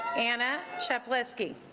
anna shepp cholesky